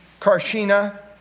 Karshina